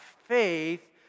faith